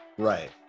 Right